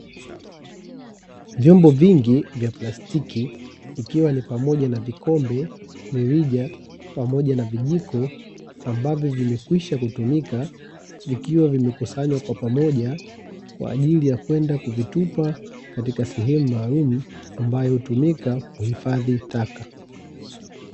Vyombo vingi vya plastiki ikiwa ni pamoja na vikombe, mirija pamoja na vijiko ambavyo vimekwisha kutumika vikiwa vimekusanywa kwa pamoja kwaajili ya kwenda kuvitupa katika sehemu maalumu ambayo hutumika kuhifadhi taka .